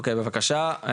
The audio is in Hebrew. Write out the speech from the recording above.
אוקיי, בבקשה.